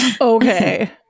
Okay